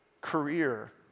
career